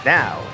now